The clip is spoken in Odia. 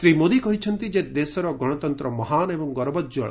ଶ୍ରୀ ମୋଦି କହିଛନ୍ତି ଯେ ଦେଶର ଗଣତନ୍ତ ମହାନ ଏବଂ ଗୌରବୋଜ୍ୱଳ